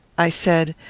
i said,